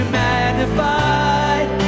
magnified